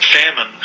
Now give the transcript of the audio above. famine